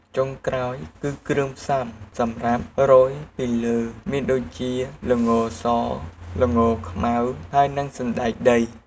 ចុងក្រោយគឺជាគ្រឿងផ្សំសម្រាប់រោយពីលើមានដូចជា ល្ងស ល្ងខ្មៅ ហើយនិងសណ្ដែកដី។